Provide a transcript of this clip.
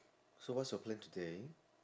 so what's your plan today